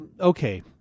okay